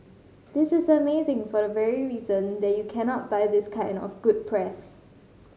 this is amazing for the very reason that you cannot buy this kind of good press